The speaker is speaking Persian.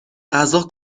غذا